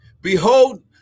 behold